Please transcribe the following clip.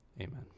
Amen